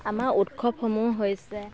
আমাৰ উৎসৱসমূহ হৈছে